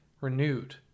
renewed